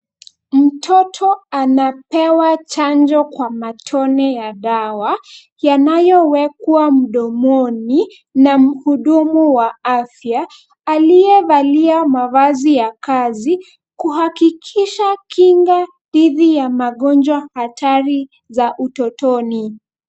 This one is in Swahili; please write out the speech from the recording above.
Mtoto anapewa chanjo kwa matone ya dawa yanayowekwa mdomoni na mhudumu wa afya aliyevalia mavazi ya kazi kuhakikisha Kinga dhidi ya magonjwa hatari za utotoni.